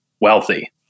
wealthy